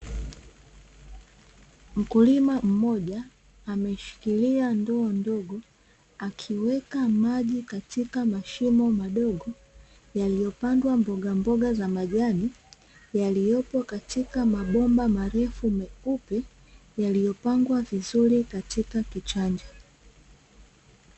Mkulima mmoja ameshikilia ndoo ndogo, akiweka maji katika mashimo madogo yaliyopandwa mbogamboga za majani, yaliyopo katika mabomba marefu meupe, yaliyopangwa vizuri katika kichanja.